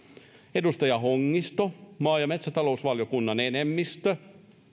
edustaja hongisto maa ja metsätalousvaliokunnan enemmistö